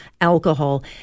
alcohol